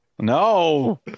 No